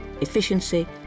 efficiency